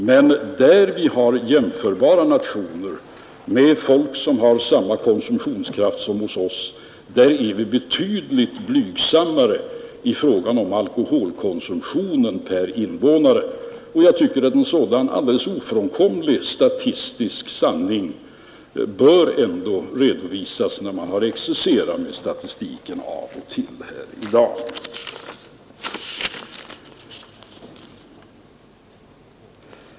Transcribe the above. Men om vi ser på jämförbara nationer med folk som har samma konsumtionskraft som vi, finner vi att vi är betydligt blygsammare i fråga om alkoholkonsumtionen per invånare. Jag tycker att en sådan alldeles ofrånkomlig statistisk sanning ändå bör redovisas, när man har exercerat med statistiken av och till här i dag.